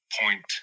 point